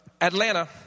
Atlanta